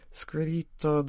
scritto